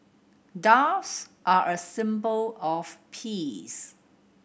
doves are a symbol of peace